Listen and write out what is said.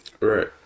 right